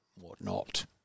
whatnot